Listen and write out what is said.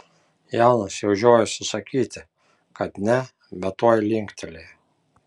janas jau žiojosi sakyti kad ne bet tuoj linktelėjo